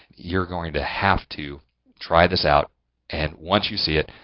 you're going to have to try this out and once you see it.